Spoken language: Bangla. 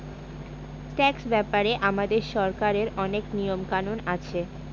ট্যাক্স ব্যাপারে আমাদের সরকারের অনেক নিয়ম কানুন আছে